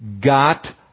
got